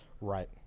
Right